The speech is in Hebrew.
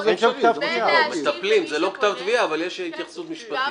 בין להשיב למי שפונה --- אין כתב תביעה.